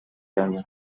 کردن